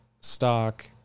Stock